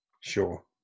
Sure